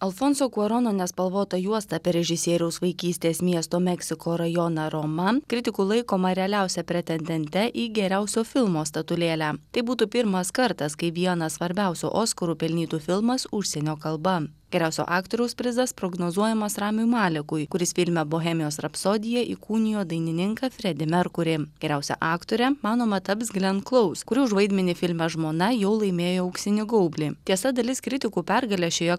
alfonso kurono nespalvota juosta apie režisieriaus vaikystės miesto meksiko rajoną roma kritikų laikoma realiausia pretendente į geriausio filmo statulėlę tai būtų pirmas kartas kai vieną svarbiausių oskarų pelnytų filmas užsienio kalba geriausio aktoriaus prizas prognozuojamas ramiui malekui kuris filme bohemijos rapsodija įkūnijo dainininką fredį merkurį geriausia aktore manoma taps glen klaus kuri už vaidmenį filme žmona jau laimėjo auksinį gaublį tiesa dalis kritikų pergalę šioje